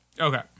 Okay